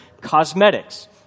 cosmetics